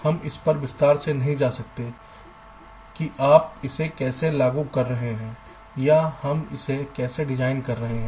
हम इस पर विस्तार से नहीं जा रहे हैं कि आप इसे कैसे लागू कर रहे हैं या हम इसे कैसे डिजाइन कर रहे हैं